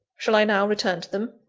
shall i now return to them?